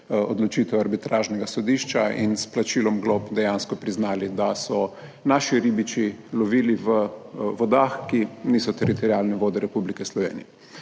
odločitev arbitražnega sodišča, in s plačilom glob dejansko priznali, da so naši ribiči lovili v vodah, ki niso teritorialne vode Republike Slovenije.